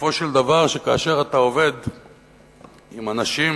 בסופו של דבר, כאשר אתה עובד עם אנשים